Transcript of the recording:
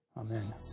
Amen